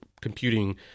computing